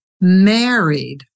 married